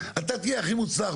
אתה תהיה הכי מוצלח,